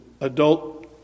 adult